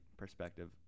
perspective